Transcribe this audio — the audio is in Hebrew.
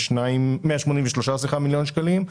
183 מיליון שקלים,